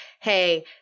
hey